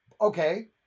Okay